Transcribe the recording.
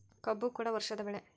ಕಬ್ಬು ಕೂಡ ವರ್ಷದ ಬೆಳೆ